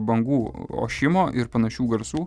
bangų ošimo ir panašių garsų